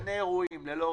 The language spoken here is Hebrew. גני אירועים, ללא ריקודים,